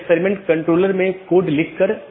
यह कनेक्टिविटी का तरीका है